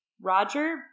Roger